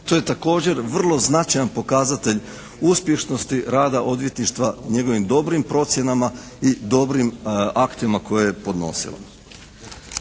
to je također vrlo značajan pokazatelj uspješnosti rada odvjetništva, njegovim dobrim procjenama i dobrim aktima koje je podnosilo.